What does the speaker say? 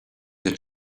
that